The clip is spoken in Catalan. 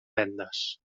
vendes